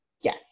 yes